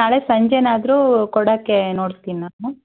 ನಾಳೆ ಸಂಜೆಯಾದ್ರು ಕೊಡೋಕ್ಕೆ ನೋಡ್ತೀನಿ ನಾನು